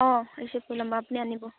অঁ আপুনি আনিব